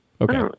okay